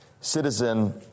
citizen